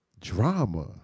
drama